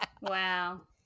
Wow